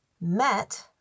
met